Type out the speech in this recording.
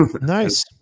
Nice